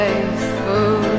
Faithful